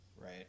right